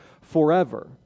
forever